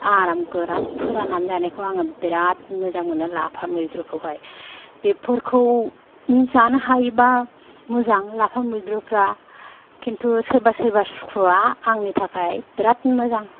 आराम गोरान फोरान्नानै जानायखौ आङो बिराद मोजां मोनो लाफा मैद्रुखौहाय बेफोरखौ जानो हायोबा मोजां लाफा मैद्रुफ्रा खिनथु सोरबा सोरबा सुखुवा आंनि थाखाय बिराद मोजां